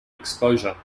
exposure